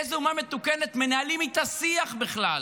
באיזה אומה מתוקנת מנהלים איתה שיח בכלל?